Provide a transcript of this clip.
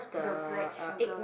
the black sugar